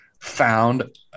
found